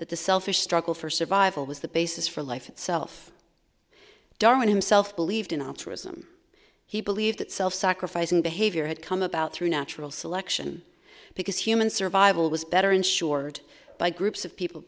that the selfish struggle for survival was the basis for life itself darwin himself believed in altruism he believed that self sacrificing behavior had come about through natural selection because human survival was better ensured by groups of people